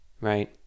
right